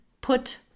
put